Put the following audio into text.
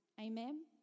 Amen